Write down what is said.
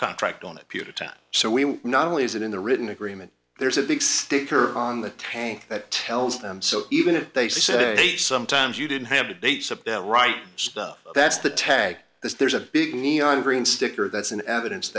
contract on a puter time so we not only is it in the written agreement there's a big sticker on the tank that tells them so even if they say sometimes you didn't have the dates of the right stuff that's the tag there's a big neon green sticker that's in evidence